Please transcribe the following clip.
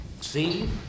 See